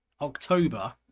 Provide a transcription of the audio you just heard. october